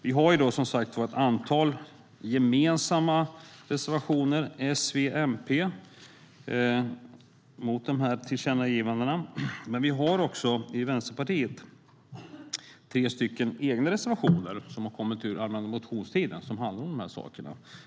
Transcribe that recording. Vi har ett antal gemensamma reservationer från S, V och MP mot tillkännagivandena. Vänsterpartiet har också tre egna reservationer utifrån motioner från den allmänna motionstiden som handlar om dessa saker.